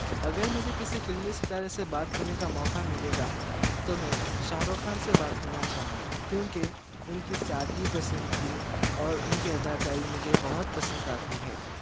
اگر مجھے کسی فلمی ستارے سے بات کرنے کا موقعہ ملے گا تو میں شاہ رخ خان سے بات کرنا چاہوں گا کیونکہ ان کی سادگی پسندگی اور ان کی اداکاری مجھے بہت پسند آتی ہے